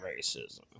racism